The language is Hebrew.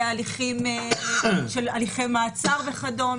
להליכי מעצר ועוד,